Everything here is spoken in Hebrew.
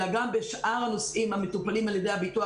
אלא גם בשאר הנושאים המטופלים בביטוח